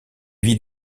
vie